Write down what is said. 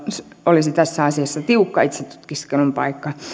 olisi tässä asiassa tiukka itsetutkiskelun paikka